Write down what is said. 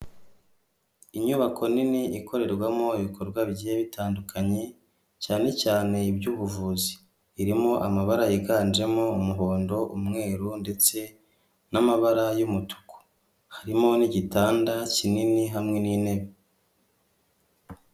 Inyubako nini ikorerwamo ibikorwa bi bitandukanye cyane cyane iby'ubuvuzi irimo amabara yiganjemo umuhondo ,umweru ndetse n'amabara y'umutuku harimo n'igitanda kinini hamwe n'intebe.